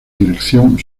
dirección